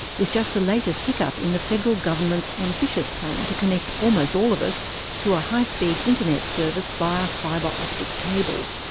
is just the latest hiccup in the federal government's ambitious plan to connect almost all of us to a high-speed internet service via fibre optic cable.